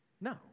No